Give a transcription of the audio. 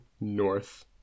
north